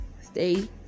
Stay